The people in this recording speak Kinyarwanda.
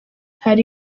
hari